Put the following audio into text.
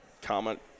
Comment